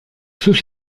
sus